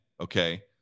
okay